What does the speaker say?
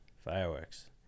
fireworks